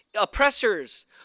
Oppressors